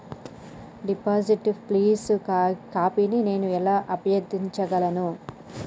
Deposit slip కాపీని నేను ఎలా అభ్యర్థించగలను?